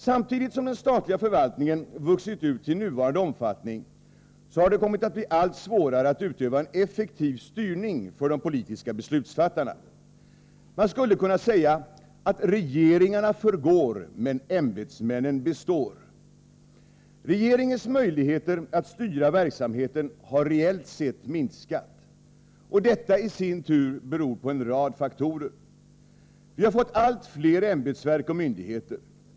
Samtidigt som den statliga förvaltningen vuxit ut till nuvarande omfattning har det kommit att bli allt svårare att utöva en effektiv styrning för de politiska beslutsfattarna. Man skulle kunna säga att regeringarna förgår men ämbetsmännen består. Regeringens möjligheter att styra verksamheten har reellt sett minskat, vilket i sin tur beror på en rad faktorer. Vi har fått allt fler ämbetsverk och myndigheter.